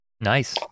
Nice